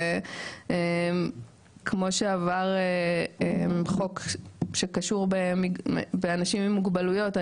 כמו שעבר חוק שקשור באנשים עם מוגבלויות,